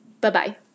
Bye-bye